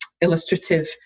illustrative